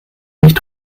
nicht